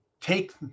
Take